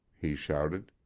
he shouted.